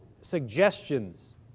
suggestions